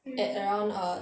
at around err